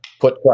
Put